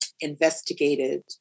investigated